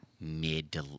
mid